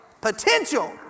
potential